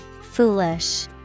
Foolish